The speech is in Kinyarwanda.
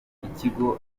ikigo